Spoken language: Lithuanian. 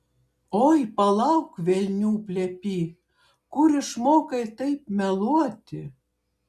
oi palauk velnių plepy kur išmokai taip meluoti